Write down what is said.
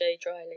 dryly